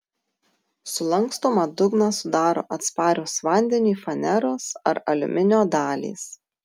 sulankstomą dugną sudaro atsparios vandeniui faneros ar aliuminio dalys